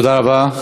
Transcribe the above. תודה רבה.